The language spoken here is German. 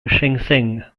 shenzhen